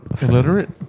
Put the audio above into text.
illiterate